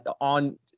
on